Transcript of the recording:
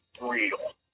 real